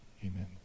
Amen